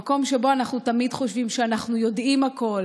המקום שבו אנחנו תמיד חושבים שאנחנו יודעים הכול